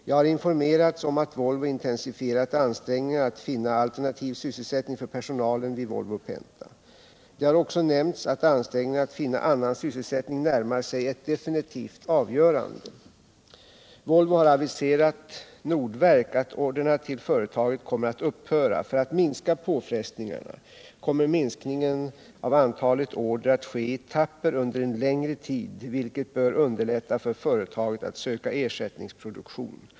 Jag har informerats om att Volvo intensifierat ansträngningarna att finna alternativ sysselsättning för personalen vid Volvo Penta. Det har också nämnts att ansträngningarna att finna annan sysselsättning närmar sig ett definitivt avgörande. Volvo har aviserat Nordverk att orderna till företaget kommer att upphöra. För att minska påfrestningarna kommer minskningen av antalet order att ske i etapper under en längre tid, vilket bör underlätta för företaget att söka ersättningsproduktion.